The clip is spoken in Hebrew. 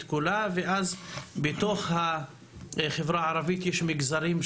כולה ולמגזרים שונים בתוך החברה הערבית.